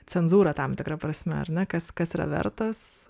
cenzūrą tam tikra prasme ar ne kas kas yra vertas